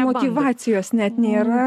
motyvacijos net nėra